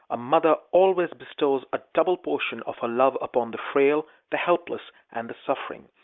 a mother always bestows a double portion of her love upon the frail, the helpless, and the suffering.